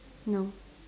no